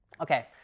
Okay